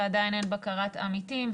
ועדיין אין בקרת עמיתים,